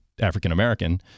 African-American